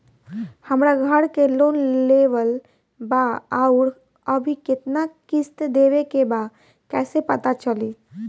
हमरा घर के लोन लेवल बा आउर अभी केतना किश्त देवे के बा कैसे पता चली?